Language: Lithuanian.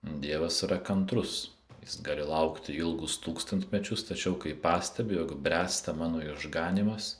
dievas yra kantrus jis gali laukti ilgus tūkstantmečius tačiau kai pastebi jog bręsta mano išganymas